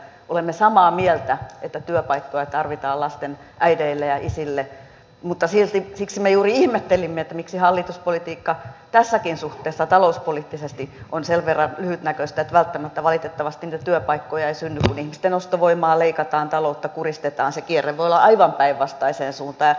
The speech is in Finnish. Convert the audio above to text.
olemme samaa mieltä että työpaikkoja tarvitaan lasten äideille ja isille mutta siksi me juuri ihmettelimme miksi hallituspolitiikka tässäkin suhteessa talouspoliittisesti on sen verran lyhytnäköistä että välttämättä valitettavasti niitä työpaikkoja ei synny kun ihmisten ostovoimaa leikataan taloutta kuristetaan se kierre voi olla aivan päinvastaiseen suuntaan